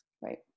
Right